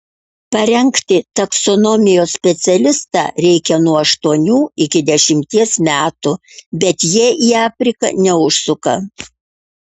parengti taksonomijos specialistą reikia nuo aštuonių iki dešimties metų bet jie į afriką neužsuka